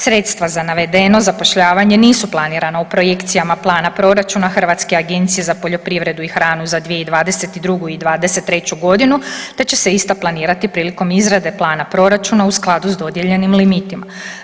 Sredstva za navedeno zapošljavanje nisu planirana u projekcijama Plana proračuna Hrvatske agencije za poljoprivredu i hranu za 2022. i 2023. godinu, te će se ista planirati prilikom izrade Plana proračuna u skladu sa dodijeljenim limitima.